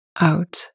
out